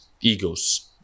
egos